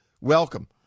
welcome